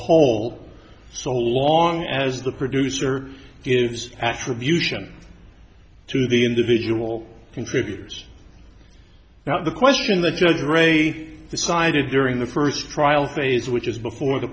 whole so long as the producer gives attribute to the individual contributors now the question the judge already decided during the first trial phase which is before the